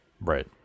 Right